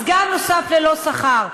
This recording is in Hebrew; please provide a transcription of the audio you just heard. סגן נוסף ללא שכר.